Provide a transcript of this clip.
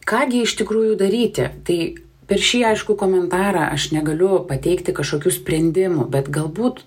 ką gi iš tikrųjų daryti tai per šį aiškų komentarą aš negaliu pateikti kažkokių sprendimų bet galbūt